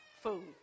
food